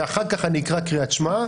ואחר כך אני אקרא קריאת שמע.